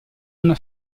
una